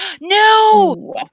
No